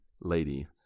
lady